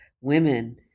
women